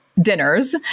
dinners